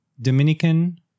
Dominican